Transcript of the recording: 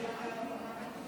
עד שלוש דקות.